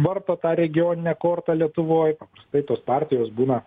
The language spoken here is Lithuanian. varto tą regioninę kortą lietuvoj paprastai tos partijos būna